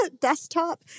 desktop